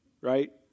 right